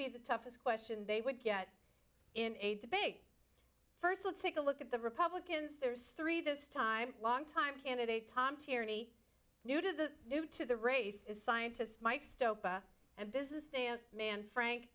be the toughest question they would get in a debate first let's take a look at the republicans there's three this time longtime candidate tom tierney new to the new to the race is scientists mike stone and business man frank